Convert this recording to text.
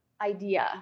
idea